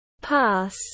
pass